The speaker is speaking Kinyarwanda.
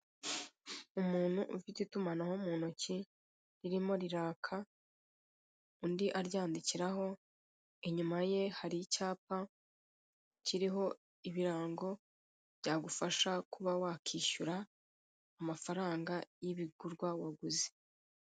Umuntu ufite itumanaho mu ntoki ririmo riraka, undi aryandikiraho. Inyuma ye hari icyapa kiriho ibirango byagufasha kuba wakwishyura amafaranga y' ibigurwa waguze.